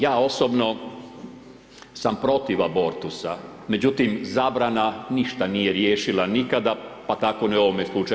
Ja osobno sam protiv abortusa, međutim, zabrana ništa nije riješila nikada, pa tako ni u ovome slučaju.